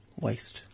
waste